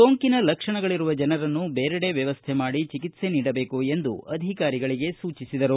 ಸೋಂಕಿನ ಲಕ್ಷಣಗಳಿರುವ ಜನರನ್ನು ಬೇರೆಡೆ ವ್ಯವಸ್ನೆ ಮಾಡಿ ಚಿಕಿತ್ಸೆ ನೀಡಬೇಕು ಎಂದು ಸೂಚಿಸಿದರು